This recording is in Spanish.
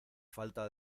falta